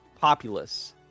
populace